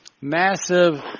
massive